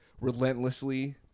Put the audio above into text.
relentlessly